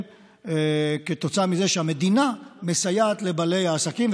כתוצאה מזה שהמדינה מסייעת לבעלי העסקים,